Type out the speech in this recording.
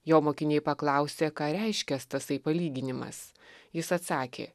jo mokiniai paklausė ką reiškias tasai palyginimas jis atsakė